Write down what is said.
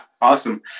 awesome